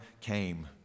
came